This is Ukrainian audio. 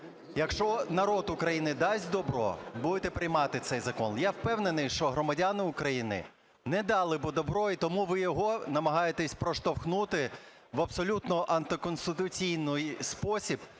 якщо народ України дасть добро, будете приймати цей закон. Я впевнений, що громадяни України не дали би добро, і тому ви його намагаєтесь проштовхнути в абсолютно антиконституційний спосіб